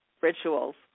Rituals